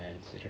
it's you know